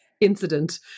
incident